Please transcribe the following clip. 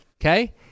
Okay